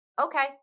Okay